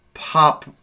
pop